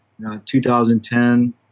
2010